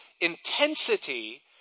intensity